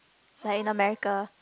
like in America